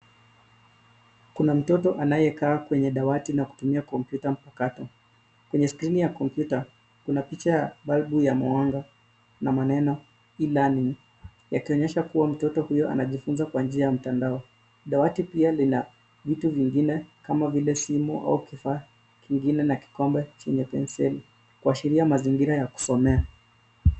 Kuna mtoto anayekaa kwenye dawati na kutumia kompyuta mpakato kwenye skrini ya kompyuta kuna picha ya balbu ya muhanga na maneno e learning yakionyesha kuwa mtoto huyo anajifunza kwa njia ya mtandao, dawati pia lina vitu vingine kama vile simu au kifaa kingine na kikombe chenye penseli kuashiria mazingira ya kusomea.